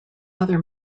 other